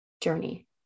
journey